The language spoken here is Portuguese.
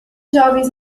jovens